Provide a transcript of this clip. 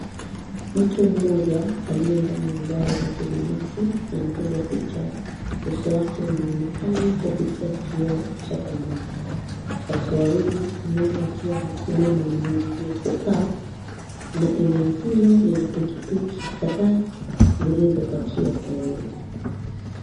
Mtu mmoja aliye ndani ya gari la kibinafsi anapiga picha. Uso wake unaonekana kupitia kioo cha pembeni. Watu wawili mmoja akiwa amesimama na mwingine kukaa na eneo hilo lina pikipiki kadhaa zilizo pakiwa karibu.